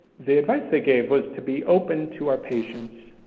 the advice they gave was to be open to our patients,